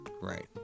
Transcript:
Right